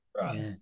Right